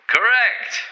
Correct